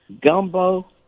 Gumbo